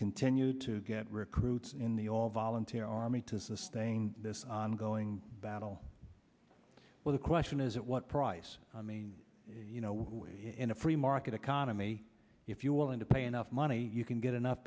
continue to get recruits in the all volunteer army to sustain this ongoing battle where the question is at what price i mean you know in a free market economy if you willing to pay enough money you can get enough